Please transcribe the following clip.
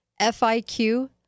FIQ